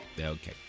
Okay